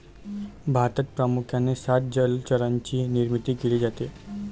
भारतात प्रामुख्याने सात जलचरांची निर्मिती केली जाते